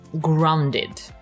grounded